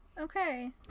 Okay